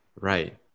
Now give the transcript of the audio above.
Right